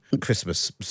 Christmas